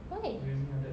why